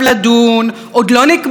עוד לא ניתנה ההחלטה,